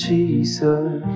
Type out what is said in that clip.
Jesus